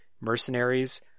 mercenaries